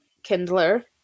Kindler